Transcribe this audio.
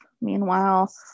Meanwhile